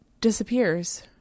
disappears